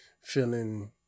feeling